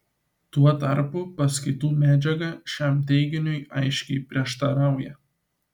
tuo tarpu paskaitų medžiaga šiam teiginiui aiškiai prieštarauja